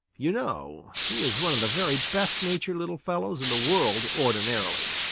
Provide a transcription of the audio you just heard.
you know he is one of the very best-natured little fellows in the world ordinarily.